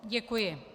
Děkuji.